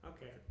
Okay